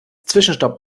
zwischenstopp